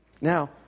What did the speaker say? Now